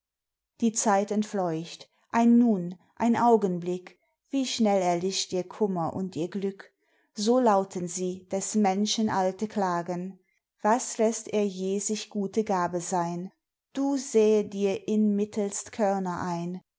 die zeit entfleucht ein nun ein augenblick wie schnell erlischt ihr kummer und ihr glück so lauten sie des menschen alte klagen was lässt er je sich gute gabe sein du säe dir immitelst körner ein